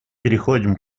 переходим